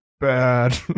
Bad